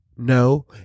No